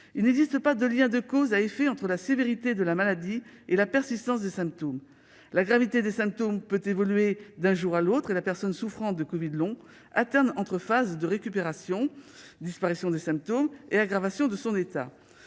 Il n'existe pas de lien de cause à effet entre la sévérité de la maladie et la persistance des symptômes. La gravité des symptômes peut évoluer d'un jour à l'autre, et la personne souffrant de covid long alterne des phases de récupération, marquées par la disparition des symptômes, et d'aggravation de son état.